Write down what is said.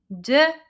de